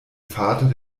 vater